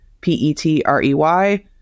P-E-T-R-E-Y